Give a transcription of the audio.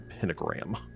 pentagram